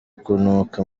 kunuka